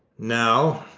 now,